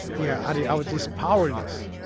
yeah. i was just powerless